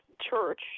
Church